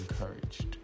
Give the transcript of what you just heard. encouraged